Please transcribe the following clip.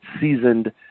seasoned